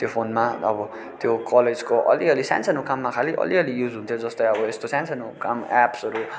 त्यो फोनमा अब त्यो कलेजको अलिअलि सानो सानो काममा खालि अलिअलि युज हुन्थ्यो जस्तै अब यस्तो सानो सानो काम एप्सहरू